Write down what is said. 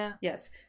Yes